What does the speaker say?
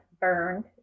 burned